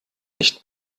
nicht